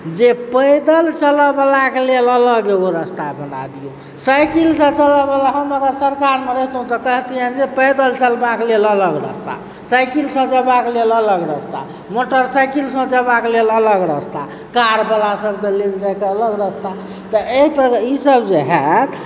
जे पैदल चलऽ बलाकऽ लेल अलग एगो रस्ता बना दिऔ साइकिलसँ चलयबला हम अगर सरकारमऽ रहितौ तऽ कहतियैन जे पैदल चलबाक लेल अलग रस्ता साइकिलसँ जेबाक कऽ लेल अलग रस्ता मोटर साइकिलसँ जेबाक लेल अलग रस्ता कारबला सभक लेल अलग रस्ता तऽ एहिपर ईसभ जे होयत